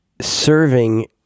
serving